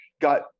got